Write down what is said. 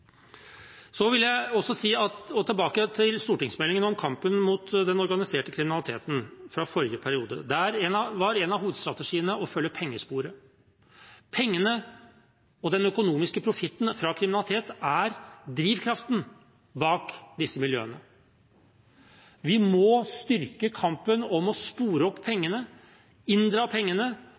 Tilbake til stortingsmeldingen fra forrige periode om kampen mot den organiserte kriminaliteten: Der var en av hovedstrategiene å følge pengesporene. Pengene og den økonomiske profitten fra kriminalitet er drivkraften bak disse miljøene. Vi må styrke kampen om å spore opp pengene, inndra pengene